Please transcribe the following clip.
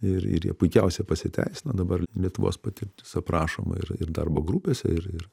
ir ir jie puikiausia pasiteisino dabar lietuvos patirtis aprašoma ir darbo grupėse ir ir